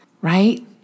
right